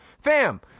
Fam